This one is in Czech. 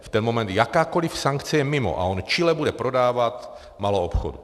V ten moment jakákoliv sankce je mimo a on čile bude prodávat maloobchodu.